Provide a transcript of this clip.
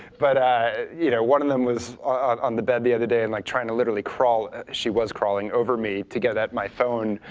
but ah you know one of them was on the bed the other day and like trying to literally crawl she was crawling over me to get at my phone.